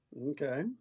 Okay